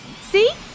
see